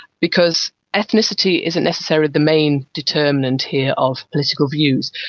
because ethnicity isn't necessarily the main determinant here of political views.